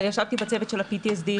אבל ישבתי בצוות של ה-PTSD יחד עם אבנר,